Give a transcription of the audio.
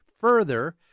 further